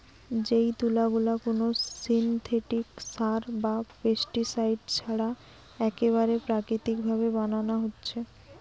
যেই তুলা গুলা কুনো সিনথেটিক সার বা পেস্টিসাইড ছাড়া একেবারে প্রাকৃতিক ভাবে বানানা হচ্ছে